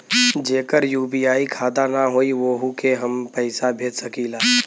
जेकर यू.पी.आई खाता ना होई वोहू के हम पैसा भेज सकीला?